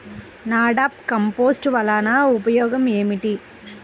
NADEP compost వలన ఉపయోగం ఏమిటి?